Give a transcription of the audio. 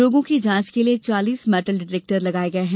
लोगों की जांच के लिए चालीस मेडल डिटेक्टर लगाये गये हैं